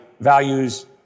values